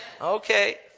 Okay